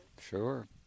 Sure